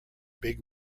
big